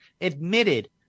admitted